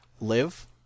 live